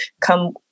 come